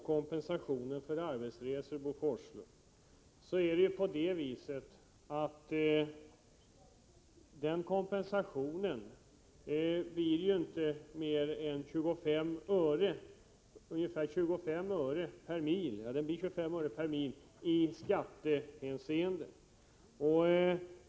Kompensationen för arbetsresor, Bo Forslund, blir inte större än 25 öre per miliskattehänseende.